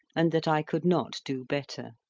and that i could not do better.